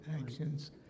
actions